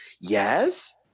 Yes